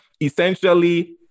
essentially